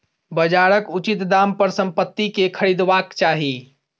बजारक उचित दाम पर संपत्ति के खरीदबाक चाही